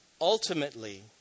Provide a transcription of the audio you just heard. ultimately